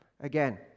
again